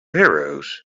heroes